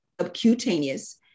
Subcutaneous